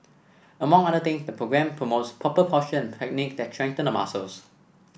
among other things the programme promotes proper postures and techniques that strengthen the muscles